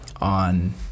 on